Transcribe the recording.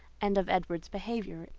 and of edward's behaviour,